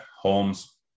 Holmes